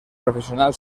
profesional